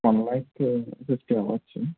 one lakh fifty అవ్వచ్చు